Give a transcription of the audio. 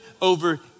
over